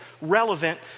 relevant